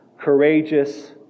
courageous